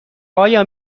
آیا